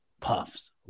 puffs